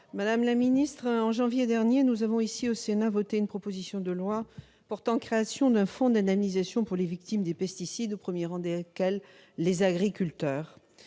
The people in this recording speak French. Madame la ministre, en janvier dernier, nous avons voté ici au Sénat une proposition de loi portant création d'un fonds d'indemnisation pour les victimes des pesticides, aux premiers rangs desquels se trouvent